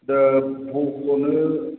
दा बख'नो